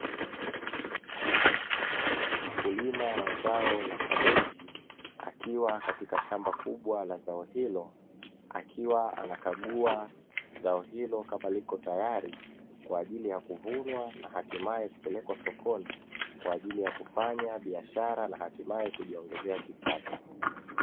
Wakulima wa zao la kabeji akiwa katika shamba kubwa la zao hilo akiwa anakagua zao hili kama lipo tayari, kwa ajili ya kuvunwa na hatimaye kupelekwa sokoni kwa ajili ya kufanya biashara hatimaye kujiongezea kipato.